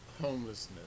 Homelessness